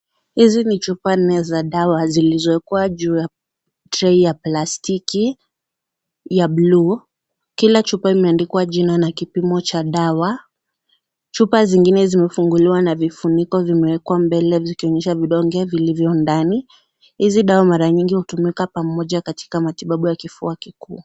Hizi ni chupa nne za dawa zilizowekwa juu ya trey ya plastiki ya bluu. Kila chupa imeandikwa jina na kipimo cha dawa. Chupa zingine zimefunguliwa na vifuniko vimewekwa mbele zikionyesha vidonge vilivyo ndani. Hizi dawa mara nyingi hutumika pamoja katika matibabu ya kifua kikuu.